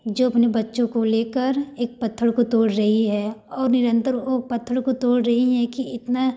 जो अपने बच्चों को लेकर एक पत्थर को तोड़ रही है और निरंतर वह पत्थर को तोड़ रही है कि इतना